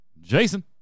Jason